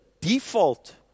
default